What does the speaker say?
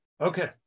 Okay